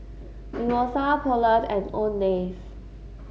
Mimosa Poulet and Owndays